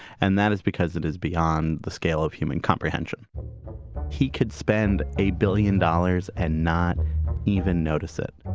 and that is because it is beyond the scale of human comprehension he could spend a billion dollars and not even notice it.